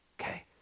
Okay